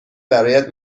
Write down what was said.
برایت